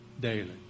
daily